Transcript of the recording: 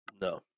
No